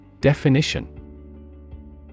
Definition